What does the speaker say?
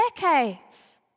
decades